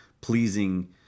pleasing